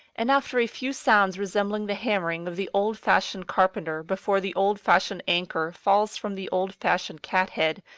and after a few sounds resembling the hammering of the old-fashioned carpenter before the old-fashioned anchor falls from the old-fashioned cathead,